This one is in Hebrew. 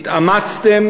התאמצתם,